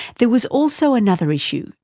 there was also another issue.